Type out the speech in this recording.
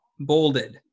bolded